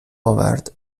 آورد